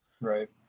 Right